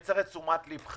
אני צריך את תשומת לבך.